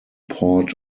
port